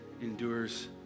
endures